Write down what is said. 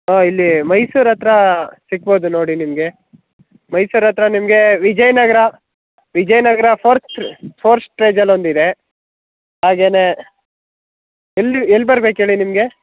ಹ್ಞೂ ಇಲ್ಲಿ ಮೈಸೂರು ಹತ್ರ ಸಿಗ್ಬೌದು ನೋಡಿ ನಿಮಗೆ ಮೈಸೂರು ಹತ್ರ ನಿಮಗೆ ವಿಜಯನಗ್ರ ವಿಜಯನಗ್ರ ಫೋರ್ತ್ ಕ್ರ್ ಫೋರ್ತ್ ಸ್ಟೇಜಲ್ಲಿ ಒಂದು ಇದೆ ಹಾಗೆಯೇ ಎಲ್ಲಿ ಎಲ್ಲಿ ಬರ್ಬೇಕು ಹೇಳಿ ನಿಮಗೆ